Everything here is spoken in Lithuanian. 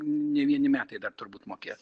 ne vieni metai dar turbūt mokės